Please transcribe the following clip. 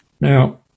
Now